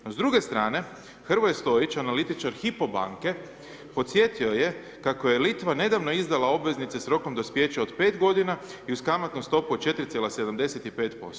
No, s druge strane, Hrvoje Stojić, analitičar Hypo banke podsjetio je kako je Litva nedavno izdala obveznice s rokom dospijeća od 5 godina i uz kamatnu stopu od 4,75%